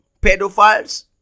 pedophiles